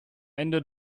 ende